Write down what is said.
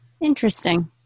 interesting